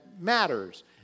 matters